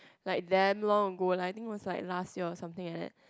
like damn long ago like I think was like last year or something like that